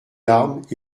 larmes